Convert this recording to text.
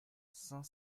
cinq